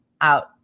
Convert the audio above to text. out